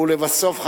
ולבסוף,